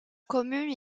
commune